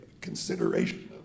consideration